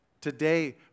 Today